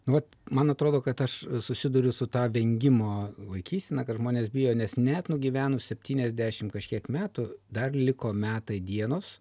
nu vat man atrodo kad aš susiduriu su ta vengimo laikysena kad žmonės bijo nes net nugyvenus septyniasdešimt kažkiek metų dar liko metai dienos